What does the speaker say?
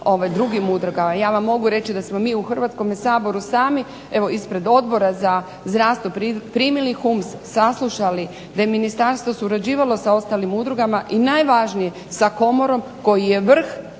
Ja vam mogu reći da smo mi u Hrvatskome saboru sami evo ispred Odbora za zdravstvo primili HUMS, saslušali, da je ministarstvo surađivalo sa ostalim udrugama. I najvažnije sa Komorom koji je vrh